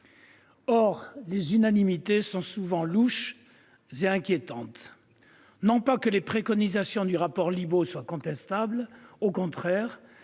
Or les unanimités sont souvent louches et inquiétantes. Ce n'est pas que les préconisations du rapport Libault soient contestables. Au contraire